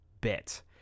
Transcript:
bit